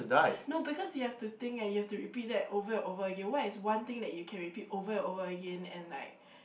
no because you have to think eh you have to repeat that over and over again what is one thing that you can repeat over and over again and like